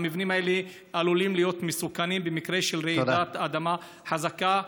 המבנים הללו עלולים להיות מסוכנים במקרה של רעידת אדמה חזקה.